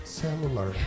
cellular